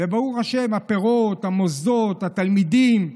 וברוך השם, הפירות, המוסדות, התלמידים,